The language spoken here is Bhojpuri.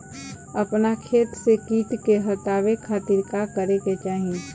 अपना खेत से कीट के हतावे खातिर का करे के चाही?